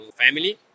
family